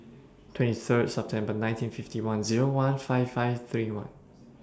two three Sep one nine five nine one fifty five thirty one